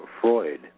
freud